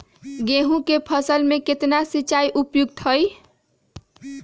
गेंहू के फसल में केतना सिंचाई उपयुक्त हाइ?